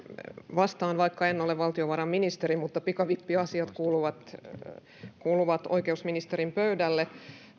vastaan vaikka en ole valtiovarainministeri kun pikavippiasiat kuuluvat kuuluvat oikeusministerin pöydälle